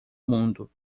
mundo